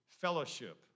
fellowship